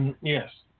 Yes